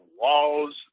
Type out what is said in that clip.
walls